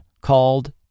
called